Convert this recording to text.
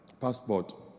passport